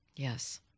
Yes